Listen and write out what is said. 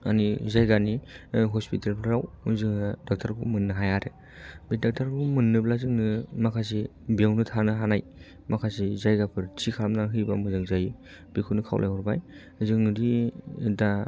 आंनि जायगानि हस्पिटाल फ्राव जोङो डाक्टार खौ मोननो हाया आरो बे डाक्टार खौ मोननोब्ला जोंनो माखासे बेवनो थानो हानाय माखासे जायगाफोर थि खालामना होयोबा मोजां जायो बेखौनो खावलाय हरबाय जोंनोदि दा